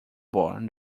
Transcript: barn